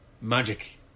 magic